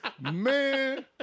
Man